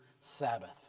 Sabbath